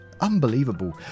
unbelievable